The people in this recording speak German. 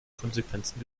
konsequenzen